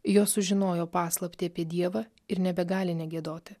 jos sužinojo paslaptį apie dievą ir nebegali negiedoti